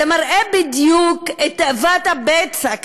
זה מראה בדיוק את תאוות הבצע,